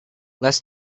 less